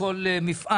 וכמו כל מפעל.